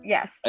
Yes